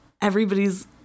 everybody's